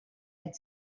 had